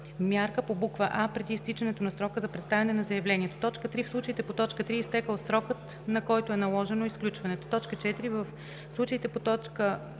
мярка по буква „а“ преди изтичането на срока за представяне на заявлението; 3. в случаите по т. 3 е изтекъл срокът, за който е наложено изключването; 4. в случаите по т.